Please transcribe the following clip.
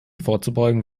vorzubeugen